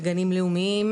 בגנים לאומיים,